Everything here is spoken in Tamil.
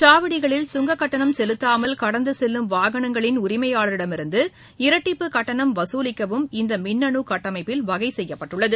சாவடிகளில் சுங்கக்கட்டணம் செலுத்தாமல் கடந்து செல்லும் வாகனங்களின் உரிமையாளரிடமிருந்து இரட்டிப்பு கட்டணம் வசூலிக்கவும் இந்த மின்னனு கட்டமைப்பில் வகை செய்யப்பட்டுள்ளது